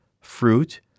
fruit